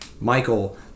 Michael